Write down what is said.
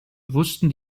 wussten